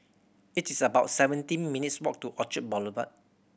it is about seventeen minutes' walk to Orchard Boulevard